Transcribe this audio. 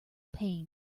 pain